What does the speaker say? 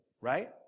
right